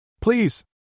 Please